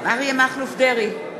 אריה מכלוף דרעי,